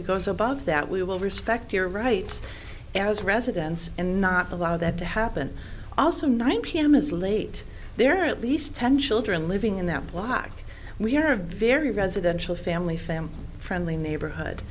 it goes above that we will respect your rights as residents and not allow that to happen also nine p m is late there are at least ten children living in that block we are a very residential family family friendly neighborhood